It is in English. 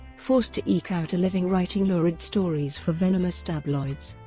forced to eke out a living writing lurid stories for venomous tabloids,